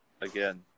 again